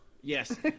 Yes